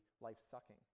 life-sucking